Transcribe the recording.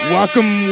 Welcome